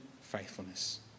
faithfulness